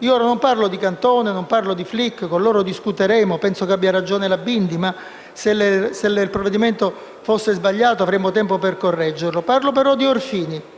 Io ora non parlo di Cantone e non parlo di Flick perché con loro discuteremo. Io penso abbia ragione la presidente Bindi, ma se il provvedimento fosse sbagliato avremo tempo per correggerlo. Parlo però di Orfini: